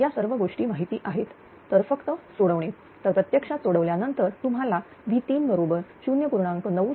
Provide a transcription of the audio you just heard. या सर्व गोष्टी माहिती आहेत तर फक्त सोडवणे तर प्रत्यक्षात सोडवल्यानंतर तुम्हाला V3 बरोबर 0